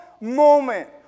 moment